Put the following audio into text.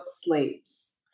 slaves